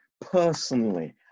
personally